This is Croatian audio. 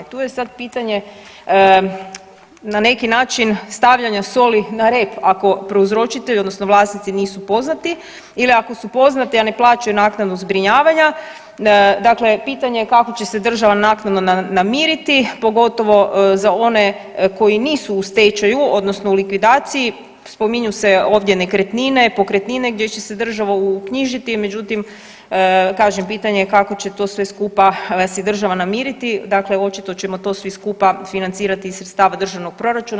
Tu je sad pitanje na neki način stavljanja soli na red ako prouzročitelj odnosno vlasnici nisu poznati ili ako su poznati a ne plaćaju naknadu zbrinjavanja, dakle pitanje je kako će se država naknadno namiriti pogotovo za one koji nisu u stečaju odnosno likvidaciji, spominju se ovdje nekretnine, pokretnine, gdje će se država uknjižiti međutim kažem pitanje je kako će to sve skupa se država namiriti, dakle očito ćemo to svi skupa financirati iz sredstava državnog proračun.